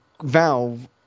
Valve